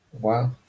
Wow